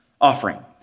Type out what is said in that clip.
offering